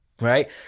right